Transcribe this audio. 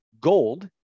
gold